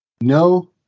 No